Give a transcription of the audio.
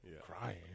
Crying